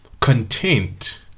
content